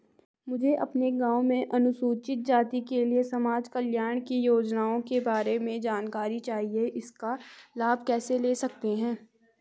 मुझे अपने गाँव में अनुसूचित जाति के लिए समाज कल्याण की योजनाओं के बारे में जानकारी चाहिए इसका लाभ कैसे ले सकते हैं?